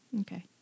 Okay